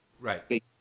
right